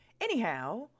Anyhow